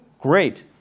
great